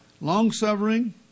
long-suffering